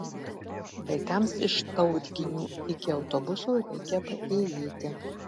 vaikams iš tautginių iki autobuso reikia paėjėti